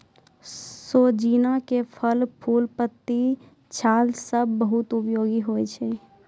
सोजीना के फल, फूल, पत्ती, छाल सब बहुत उपयोगी होय छै